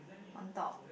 on top